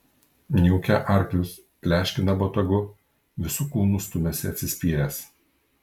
niūkia arklius pleškina botagu visu kūnu stumiasi atsispyręs